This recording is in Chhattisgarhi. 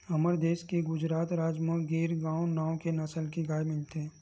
हमर देस के गुजरात राज म गीर गाय नांव के नसल के गाय मिलथे